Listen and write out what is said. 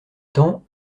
temps